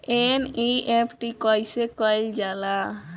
NEFT कइसे कइल जाला?